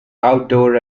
outdoor